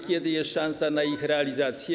Kiedy jest szansa na ich realizację?